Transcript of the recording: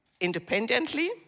independently